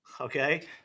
Okay